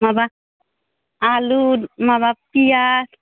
माबा आलु माबा पियास